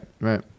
right